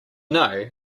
know